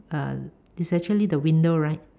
uh is actually the window right